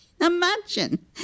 Imagine